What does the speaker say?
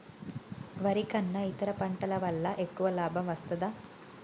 వరి కన్నా ఇతర పంటల వల్ల ఎక్కువ లాభం వస్తదా?